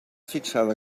fixada